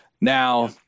Now